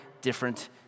different